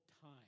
time